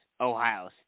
Ohio